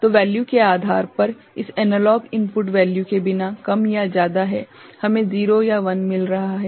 तो वैल्यूके आधार पर इस एनालॉग इनपुट वैल्यू के बिना कम या ज्यादा है हमें 0 या 1 मिल रहा है